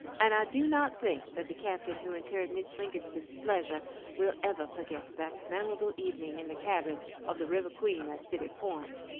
and i do not think that the captain who incurred mrs. lincoln's displeasure will ever forget that memorable evening in the cabin of the river queen, at city point.